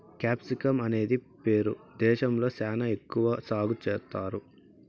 capsicum అనేది Peru దేశంలో శ్యానా ఎక్కువ సాగు చేత్తారు